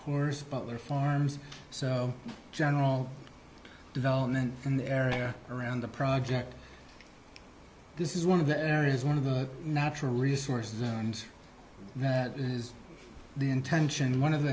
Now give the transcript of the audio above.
course their farms so general development in the area around the project this is one of the areas one of the natural resources and that is the intention one of the